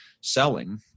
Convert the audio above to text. selling